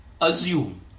assume